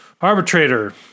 Arbitrator